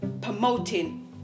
promoting